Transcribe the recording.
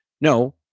No